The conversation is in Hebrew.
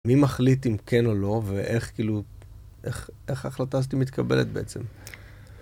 מי מחליט אם כן או לא, ואיך, כאילו, איך ההחלטה הזאת מתקבלת בעצם?